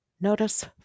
Notice